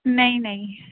ਨਹੀਂ ਨਹੀਂ